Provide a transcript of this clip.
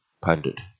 Pundit